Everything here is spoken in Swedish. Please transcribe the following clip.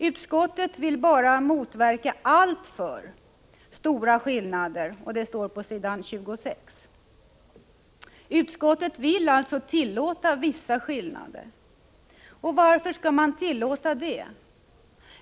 Utskottet vill bara motverka alltför stora skillnader, står det på s. 26. Utskottet vill alltså tillåta vissa skillnader. Varför skall man tillåta det?